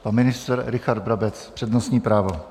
Pan ministr Richard Brabec, přednostní právo.